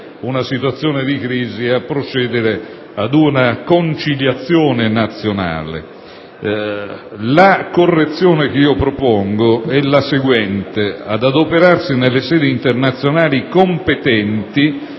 una situazione di crisi e procedere ad una conciliazione nazionale. La modifica che propongo è pertanto la seguente: «ad adoperarsi nelle sedi internazionali competenti